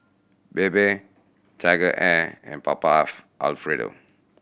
Bebe TigerAir and Papa Alfredo